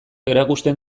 erakusten